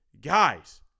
Guys